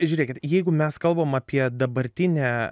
žiūrėkit jeigu mes kalbam apie dabartinę